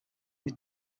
lui